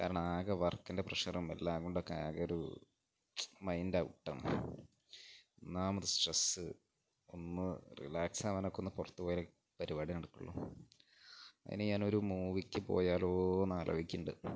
കാരണം ആകെ വർക്കിൻ്റെ പ്രഷറും എല്ലാം കൊണ്ടൊക്കെ ആകെയൊരു മൈൻഡ് ഔട്ടാണ് ഒന്നാമത് സ്ട്രെസ്സ് ഒന്ന് റിലാക്സ് ആകാനൊക്കെ ഒന്ന് പുറത്തുപോയാലെ പരിപാടി നടക്കുകയുള്ളൂ അതിന് ഞാനൊരു മൂവിക്ക് പോയാലോയെന്ന് ആലോചിക്കുന്നുണ്ട്